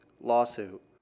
lawsuit